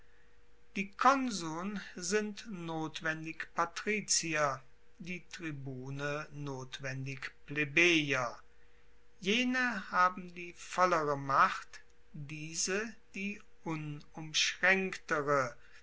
die konsuln sind notwendig patrizier die tribune notwendig plebejer jene haben die vollere macht diese die